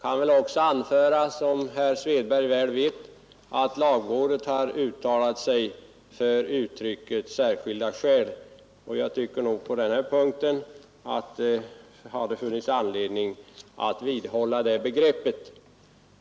Jag kan också anföra att, som herr Svedberg väl vet, lagrådet har uttalat sig för uttrycket ”särskilda skäl”, och jag tycker att det hade funnits anledning att vidhålla det begreppet.